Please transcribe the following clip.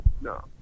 no